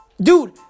Dude